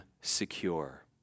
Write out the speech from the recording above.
secure